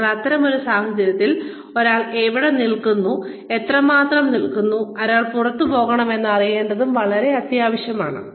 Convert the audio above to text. അതിനാൽ അത്തരമൊരു സാഹചര്യത്തിൽ ഒരാൾ എവിടെ നിൽക്കുന്നു എത്രമാത്രം നിൽക്കുന്നു എപ്പോൾ പുറത്തുപോകണം എന്ന് അറിയേണ്ടത് വളരെ അത്യാവശ്യമാണ്